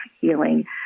healing